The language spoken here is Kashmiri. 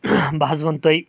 بہٕ حظ ونہٕ تۄہہ